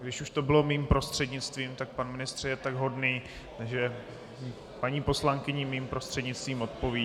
Když už to bylo mým prostřednictvím, tak pan ministr je tak hodný, že paní poslankyni mým prostřednictvím odpoví.